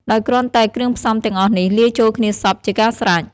ដោយគ្រាន់តែគ្រឿងផ្សំទាំងអស់នេះ លាយចូលគ្នាសព្វ ជាការស្រេច។